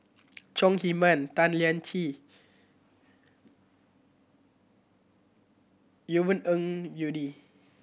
Chong Heman Tan Lian Chye Yvonne Ng Uhde